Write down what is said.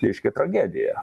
reiškia tragedija